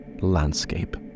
landscape